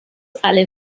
alle